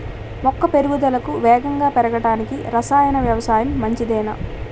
మొక్క ఎదుగుదలకు వేగంగా పెరగడానికి, రసాయన వ్యవసాయం మంచిదేనా?